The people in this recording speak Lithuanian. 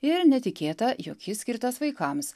ir netikėta jog jis skirtas vaikams